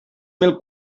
mil